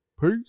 Peace